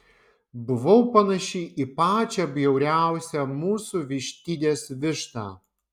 buvau panaši į pačią bjauriausią mūsų vištidės vištą